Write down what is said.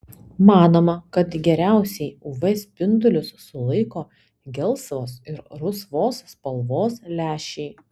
manoma kad geriausiai uv spindulius sulaiko gelsvos ir rusvos spalvos lęšiai